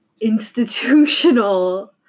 institutional